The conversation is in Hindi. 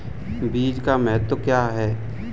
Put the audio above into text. बीज का महत्व क्या है?